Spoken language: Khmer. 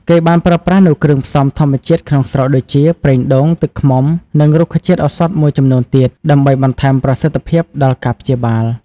គេបានប្រើប្រាស់នូវគ្រឿងផ្សំធម្មជាតិក្នុងស្រុកដូចជា ប្រេងដូង ទឹកឃ្មុំ និងរុក្ខជាតិឱសថមួយចំនួនទៀតដើម្បីបន្ថែមប្រសិទ្ធភាពដល់ការព្យាបាល។